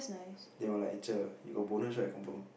then we were like cher you got bonus right confirm